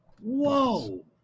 Whoa